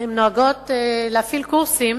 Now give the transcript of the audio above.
הן נוהגות להפעיל קורסים